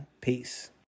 Peace